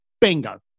bingo